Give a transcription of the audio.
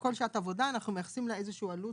כל שעת עבודה אנחנו מייחסים לה איזה שהיא עלות